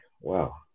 wow